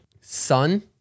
sun